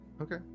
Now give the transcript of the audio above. okay